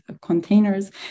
containers